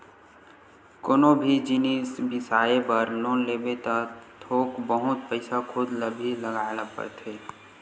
कोनो भी जिनिस बिसाए बर लोन लेबे त थोक बहुत पइसा खुद ल भी लगाए ल परथे